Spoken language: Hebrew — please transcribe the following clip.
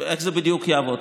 איך זה בדיוק יעבוד?